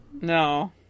No